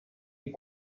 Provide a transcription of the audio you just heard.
est